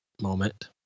moment